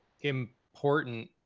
important